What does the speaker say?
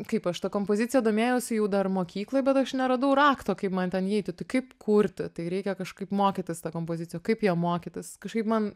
kaip aš ta kompozicija domėjausi jau dar mokykloj bet aš neradau rakto kaip man ten įeiti tai kaip kurti tai reikia kažkaip mokytis tą kompoziciją kaip ją mokytis kažkaip man